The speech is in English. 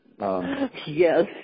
Yes